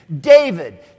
David